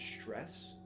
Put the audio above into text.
stress